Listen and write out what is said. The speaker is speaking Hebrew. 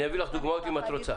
אביא לך דוגמאות אם את רוצה.